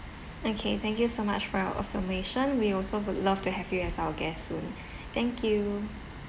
okay thank you so much for your affirmation we also would love to have you as our guest soon thank you